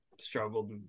struggled